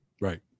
Right